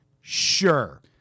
sure